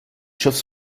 chauves